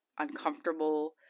uncomfortable